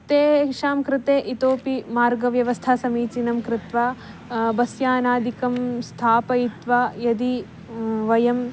तेषां कृते इतोपि मार्गव्यवस्था समीचीनं कृत्वा बस्यानादिकं स्थापयित्वा यदि वयम्